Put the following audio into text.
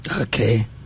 Okay